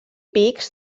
pics